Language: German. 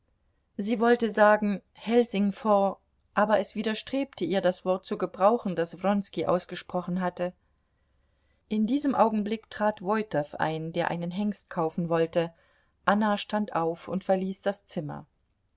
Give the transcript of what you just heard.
sie wollte sagen helsingfors aber es widerstrebte ihr das wort zu gebrauchen das wronski ausgesprochen hatte in diesem augenblick trat woitow ein der einen hengst kaufen wollte anna stand auf und verließ das zimmer